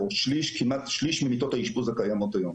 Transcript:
כמעט שליש ממיטות האשפוז הקיימות היום.